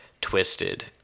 twisted